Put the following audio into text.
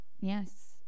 yes